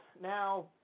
Now